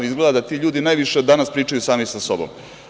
Izgleda ti ljudi najviše danas pričaju sami sa sobom.